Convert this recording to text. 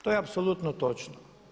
To je apsolutno točno.